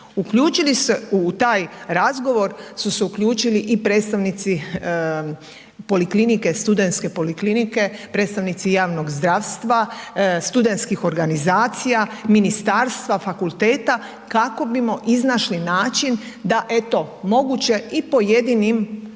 Uključi li se u taj razgovor su se uključili i predstavnici studentske poliklinike, predstavnici javnog zdravstva, studentskih organizacija, ministarstva, fakulteta kako bimo iznašli način da eto moguće i pojedinim